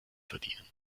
verdienen